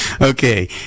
Okay